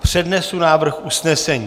Přednesu návrh usnesení.